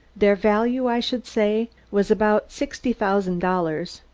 their value, i should say, was about sixty thousand dollars.